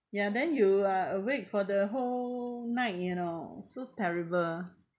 ya then you are awake for the whole night you know so terrible